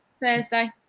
Thursday